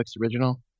original